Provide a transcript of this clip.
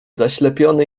zaślepiony